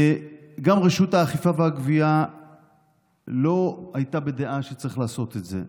גם רשות האכיפה והגבייה לא הייתה בדעה שצריך לעשות את זה.